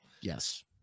Yes